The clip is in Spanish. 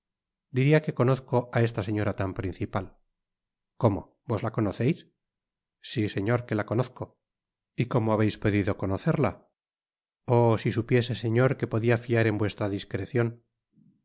diria que conozco á esta señora tan principal cómo vos la conoceis si señor que la conozco y como habeis podido conocerla oh i si supiese señor que podia fiar en vuestra discrecion